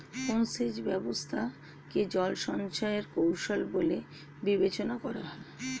কোন সেচ ব্যবস্থা কে জল সঞ্চয় এর কৌশল বলে বিবেচনা করা হয়?